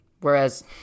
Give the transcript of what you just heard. Whereas